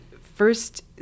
first